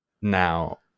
now